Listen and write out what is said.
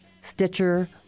stitcher